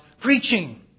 preaching